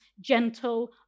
gentle